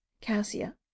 cassia